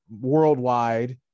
worldwide